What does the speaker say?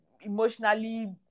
emotionally